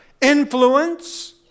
influence